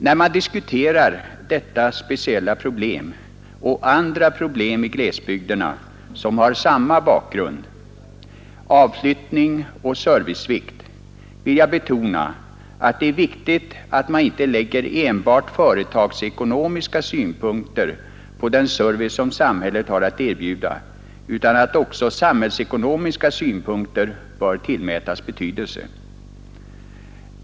När man diskuterar detta speciella problem och andra problem i glesbygderna som har samma bakgrund, avflyttning och servicesvikt, vill jag betona att det är viktigt att man inte lägger enbart företagsekonomiska synpunkter på den service som samhället kan erbjuda utan att också samhällsekonomiska synpunkter bör tillmätas betydelse.